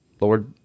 Lord